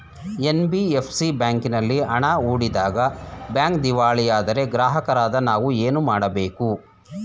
NBFC ಬ್ಯಾಂಕಿನಲ್ಲಿ ಹಣ ಹೂಡಿದಾಗ ಬ್ಯಾಂಕ್ ದಿವಾಳಿಯಾದರೆ ಗ್ರಾಹಕರಾದ ನಾವು ಏನು ಮಾಡಬೇಕು?